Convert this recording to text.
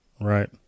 Right